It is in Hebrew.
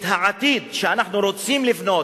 את העתיד שאנחנו רוצים לבנות,